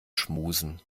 schmusen